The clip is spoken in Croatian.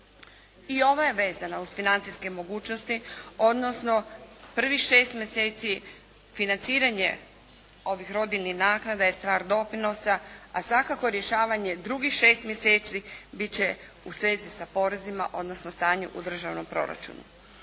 I ova je vezana uz financijske mogućnosti odnosno prvih 6 mjeseci financiranje ovih rodiljnih naknada je stvar doprinosa a svakako rješavanje drugih 6 mjeseci bit će u svezi sa porezima odnosno stanju u državnom proračunu.